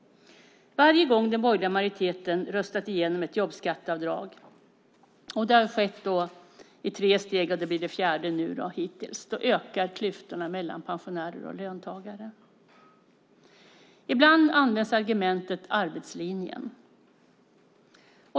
Varje gång den borgerliga majoriteten har röstat igenom ett jobbskatteavdrag - det har skett i tre steg, och det fjärde tas nu - har klyftorna mellan pensionärer och löntagare ökat. Ibland används argumentet arbetslinjen.